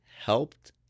helped